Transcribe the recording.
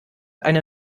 eine